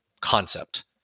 concept